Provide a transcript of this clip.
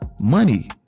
money